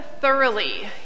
thoroughly